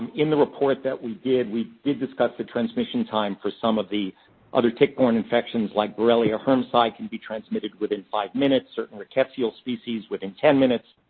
um in the report that we did, we did discuss the transmission time for some of the other tick-born infections, like borrelia hermsii can be transmitted within five minutes certain rickettsia species, within ten minutes,